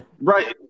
Right